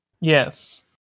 Yes